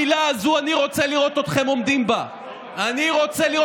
אני רוצה לראות אתכם עומדים במילה הזו.